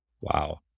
Wow